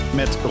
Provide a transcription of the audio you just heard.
met